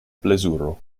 plezuro